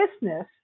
business